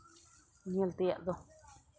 ᱧᱮᱞ ᱛᱮᱭᱟᱜ ᱫᱚ